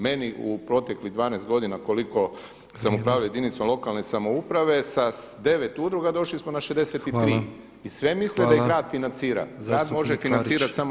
Meni u proteklih 12 godina [[Upadica Petrov: Vrijeme.]] koliko sam upravljao jedinicom lokalne samouprave sa 9 udruga došli smo na 63 i sve misli da ih grad financira [[Upadica Petrov: Hvala.]] Grad može financirati samo